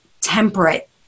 temperate